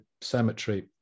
cemetery